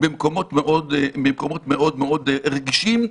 במקומות מאוד מאוד רגישים.